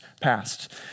past